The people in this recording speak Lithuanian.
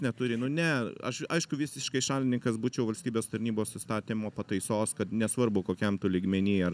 neturi nu ne aš aišku visiškai šalininkas būčiau valstybės tarnybos įstatymo pataisos kad nesvarbu kokiam tu lygmeny ar